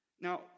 Now